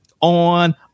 on